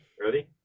Ready